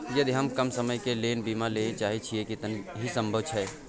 यदि हम कम समय के लेल बीमा लेबे चाहे छिये त की इ संभव छै?